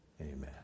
Amen